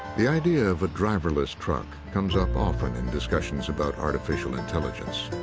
the idea of a driverless truck comes up often in discussions about artificial intelligence.